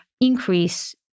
increase